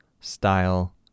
style